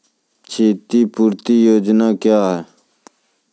क्षतिपूरती योजना क्या हैं?